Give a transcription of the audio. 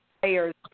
players